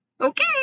okay